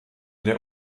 der